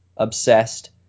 obsessed